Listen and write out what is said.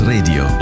Radio